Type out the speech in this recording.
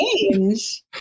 change